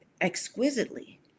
exquisitely